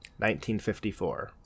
1954